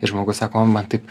ir žmogus sako o man taip